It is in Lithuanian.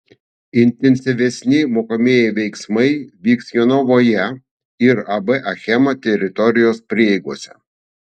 intensyvesni mokomieji veiksmai vyks jonavoje ir ab achema teritorijos prieigose